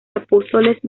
apóstoles